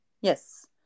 yes